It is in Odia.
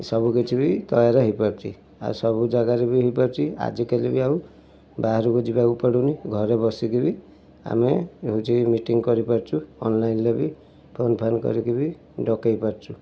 ସବୁକିଛି ବି ତା ଦ୍ୱାରା ହୋଇପାରୁଛି ଆଉ ସବୁ ଜାଗାରେ ବି ହୋଇପାରୁଛି ଆଜିକାଲି ବି ଆଉ ବାହାରକୁ ଯିବାକୁ ପଡୁନି ଘରେ ବସିକି ବି ଆମେ ହେଉଛି ମିଟିଙ୍ଗ୍ କରିପାରୁଛୁ ଅନଲାଇନ୍ରେ ବି ଫୋନ୍ ଫାନ୍ କରିକି ବି ଡକାଇ ପାରୁଛୁ